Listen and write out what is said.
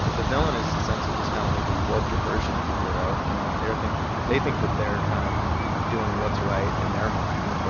the villain is essentially just kind of like a warped version of the hero, you know? they're think that they think that they're kind of doing what's right in and their mind. but,